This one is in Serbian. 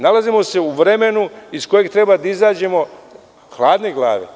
Nalazimo se u vremenu iz kojeg treba da izađemo hladne glave.